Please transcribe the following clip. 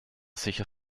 sicher